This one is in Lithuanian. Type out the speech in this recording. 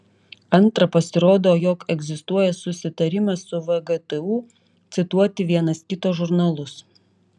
antra pasirodo jog egzistuoja susitarimas su vgtu cituoti vienas kito žurnalus